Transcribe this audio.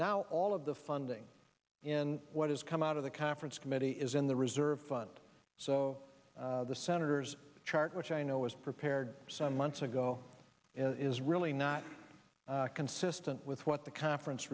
now all of the funding in what has come out of the conference committee is in the reserve fund so the senators chart which i know was prepared some months ago and it is really not consistent with what the conference